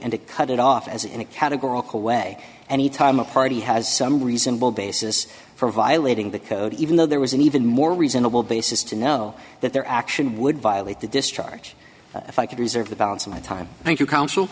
and to cut it off as in a categorical way any time a party has some reasonable basis for violating the code even though there was an even more reasonable basis to know that their action would violate the discharge if i could reserve the balance of my time thank you counsel